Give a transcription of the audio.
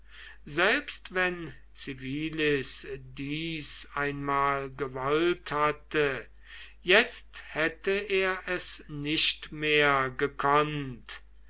selbst wenn civilis dies einmal gewollt hatte jetzt hätte er es nicht mehr gekonnt